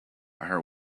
her